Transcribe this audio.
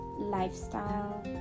lifestyle